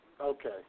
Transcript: Okay